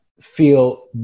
feel